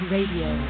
Radio